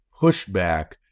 pushback